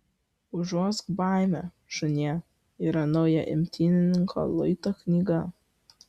užuosk baimę šunie yra nauja imtynininko luito knyga